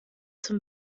zum